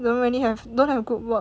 don't really have don't have group work